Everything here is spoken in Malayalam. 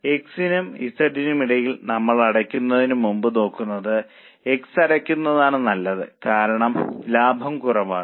X നും Z നും ഇടയിൽ നമ്മൾ അടയ്ക്കുന്നതിന് മുമ്പ് കരുതുന്നത് X അടയ്ക്കുന്നതാണ് നല്ലത് കാരണം ലാഭം കുറവാണ്